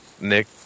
nick